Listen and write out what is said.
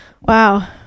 Wow